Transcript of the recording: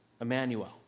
Emmanuel